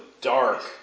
dark